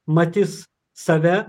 matys save